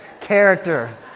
character